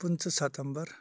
پٕنٛژٕ ستمبر